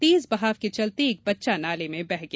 तेज बहाव के चलते एक बच्चा नाले में बह गया